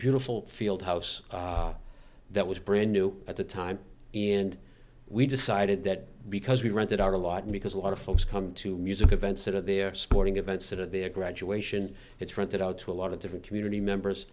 beautiful field house that was brand new at the time and we decided that because we rented out a lot and because a lot of folks come to music events or their sporting events or their graduation it's rented out to a lot of different community members